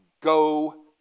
go